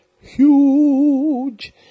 huge